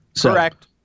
Correct